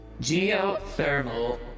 geothermal